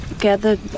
gathered